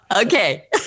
Okay